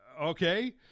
Okay